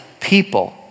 people